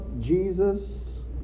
Jesus